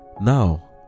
now